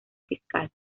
fiscal